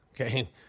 okay